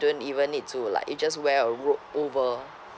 you don't even need to like you just wear a robe over